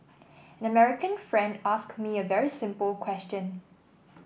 an American friend asked me a very simple question